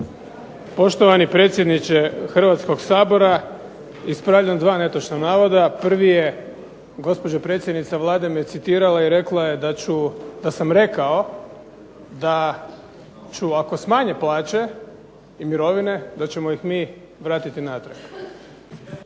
Poštovani predsjedniče Hrvatskog sabora, ispravljam 2 netočna navoda. Prvi je, gospođa predsjednica Vlade me citirala i rekla je da sam rekao da ću ako smanje plaće i mirovine da ćemo ih mi vratiti natrag.